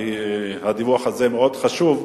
כי הדיווח הזה מאוד חשוב,